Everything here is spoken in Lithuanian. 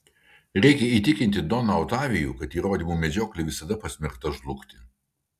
reikia įtikinti doną otavijų kad įrodymų medžioklė visada pasmerkta žlugti